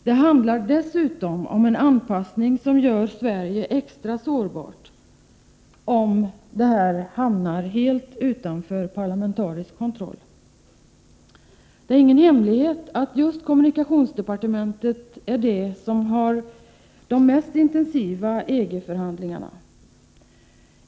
Det handlar dessutom om en anpassning som gör Sverige extra sårbart om det saknas parlamentarisk kontroll. Det är ingen hemlighet att just kommunikationsdepartementet är det departement som har de mest intensiva EG-förhandlingarna.